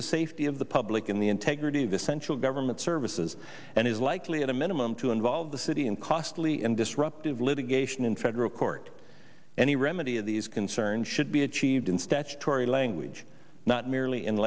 the safety of the public in the integrity of the central government services and is likely at a minimum to involve the city in costly and disruptive litigation in federal court any remedy of these concerns should be even statutory language not merely